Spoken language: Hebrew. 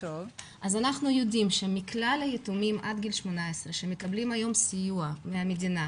אנחנו יודעים שמכלל היתומים עד גיל 18 שמקבלים היום סיוע מהמדינה,